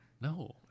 No